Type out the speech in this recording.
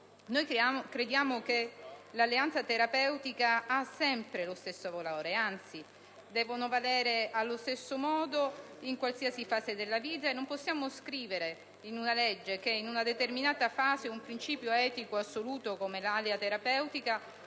Crediamo che l'alleanza terapeutica abbia sempre lo stesso valore. Anzi, deve valere allo stesso modo in qualsiasi fase della vita e non si può scrivere in una legge che in una determinata fase un principio etico assoluto come l'alleanza terapeutica